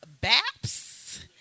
BAPS